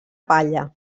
palla